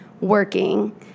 working